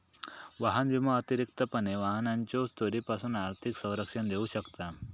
वाहन विमा अतिरिक्तपणे वाहनाच्यो चोरीपासून आर्थिक संरक्षण देऊ शकता